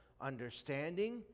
understanding